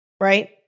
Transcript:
right